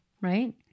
Right